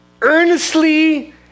Earnestly